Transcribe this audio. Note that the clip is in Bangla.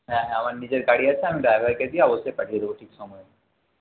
হ্যাঁ হ্যাঁ আমার নিজের গাড়ি আছে আমি ড্রাইভার কে দিয়ে অবশ্যই পাঠিয়ে দেব ঠিক সময়ে